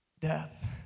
Death